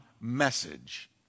message